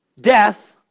Death